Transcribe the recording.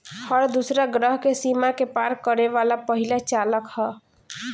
हर दूसरा ग्रह के सीमा के पार करे वाला पहिला चालक ह